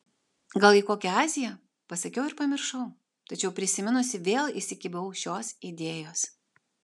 gal į kokią aziją pasakiau ir pamiršau tačiau prisiminusi vėl įsikibau šios idėjos